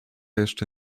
jeszcze